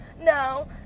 No